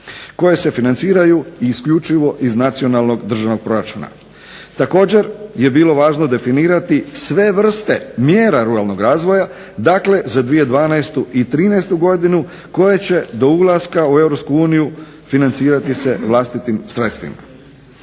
koje se financiraju isključivo iz državnog proračuna. Također je bilo važno definirati sve vrste mjera ruralnog razvoja, dakle za 2012. i 2013. godinu koje će do ulaska u EU financirati se vlastitim sredstvima.